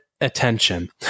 attention